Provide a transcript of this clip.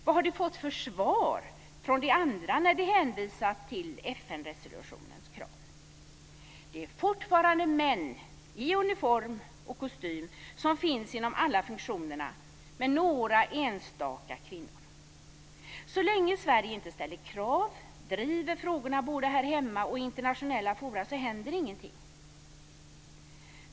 Vad har de fått för svar från de andra när de hänvisat till FN resolutionens krav? Det är fortfarande män i uniform och kostym som finns inom alla funktionerna, med några enstaka kvinnor. Så länge Sverige inte ställer krav eller driver frågorna både här hemma och i internationella forum händer ingenting.